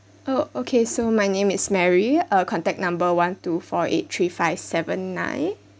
oh okay so my name is mary uh contact number one two four eight three five seven nine